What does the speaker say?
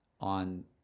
on